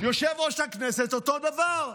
יושב-ראש הכנסת, אותו דבר.